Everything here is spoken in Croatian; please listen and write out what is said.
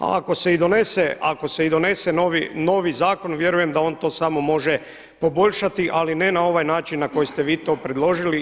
A ako se i donese, ako se i donese novi zakon vjerujem da on to samo može poboljšati ali ne na ovaj način na koji ste vi to predložili.